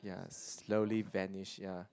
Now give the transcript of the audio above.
ya slowly vanish ya